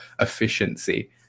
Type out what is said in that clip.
efficiency